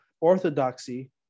orthodoxy